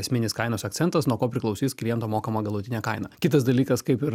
esminis kainos akcentas nuo ko priklausys kliento mokama galutinė kaina kitas dalykas kaip ir